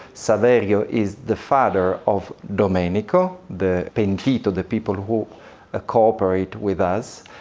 saverio is the father of domenico, the pentito, the people who ah cooperate with us.